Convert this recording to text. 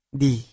di